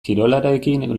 kirolarekin